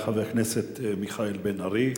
תודה לחבר הכנסת מיכאל בן-ארי.